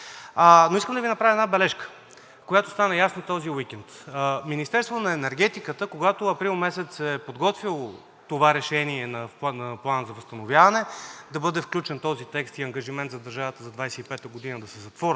Искам да Ви направя една бележка за това, което стана този уикенд. Министерството на енергетиката, когато през месец април е подготвяло това решение в Плана за възстановяване да бъде включен този текст и ангажимент на държавата за 2025 г. да се затвори